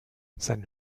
sein